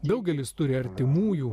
daugelis turi artimųjų